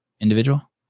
individual